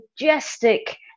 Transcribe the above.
majestic